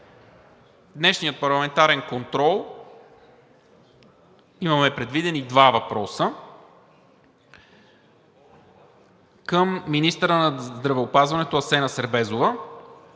днешния Парламентарен контрол имаме предвидени два въпроса към министъра на здравеопазването Асена Сербезова.